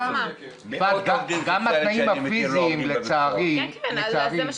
זה גם התנאים הפיזיים לצערי, לא רק